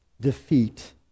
defeat